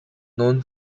known